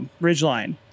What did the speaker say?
ridgeline